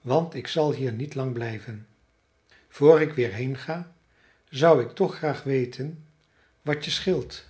want ik zal hier niet lang blijven voor ik weer heenga zou ik toch graag weten wat je scheelt